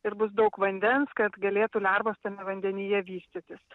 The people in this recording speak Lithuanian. ir bus daug vandens kad galėtų lervos tame vandenyje vystytis